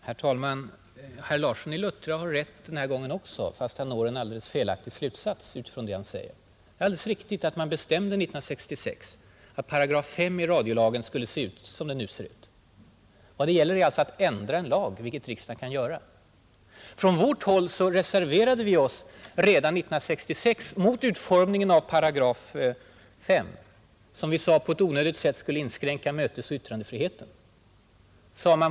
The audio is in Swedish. Herr talman! Herr Larsson i Luttra har rätt i mycket den här gången också, fast han än en gång når en alldeles felaktig slutsats utifrån det han säger. Det är alldeles riktigt att man bestämde 1966 att § 5 i radiolagen skulle se ut såsom den nu ser ut. Vad det gäller är alltså att ändra en lag, vilket riksdagen kan göra. Från vårt håll reserverade vi oss redan 1966 mot utformningen av § 5, som vi sade på ett onödigt sätt skulle inskränka mötesoch yttrandefriheten.